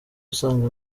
usanga